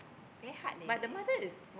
very hard leh is it